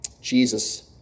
Jesus